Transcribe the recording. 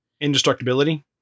indestructibility